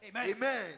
Amen